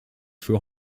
für